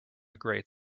great